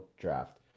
draft